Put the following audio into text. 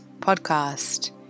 Podcast